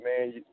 man